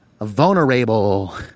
vulnerable